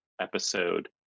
episode